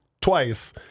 twice